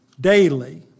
daily